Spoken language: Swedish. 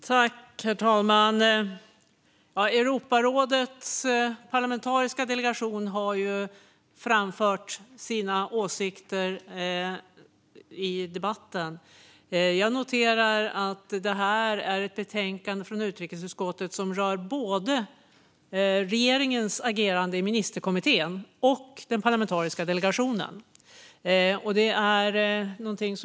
Herr talman! Europarådets parlamentariska delegation har framfört sina åsikter i debatten. Jag noterar att detta betänkande från utrikesutskottet rör både regeringens agerande i ministerkommittén och den parlamentariska delegationen.